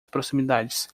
proximidades